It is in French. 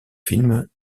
films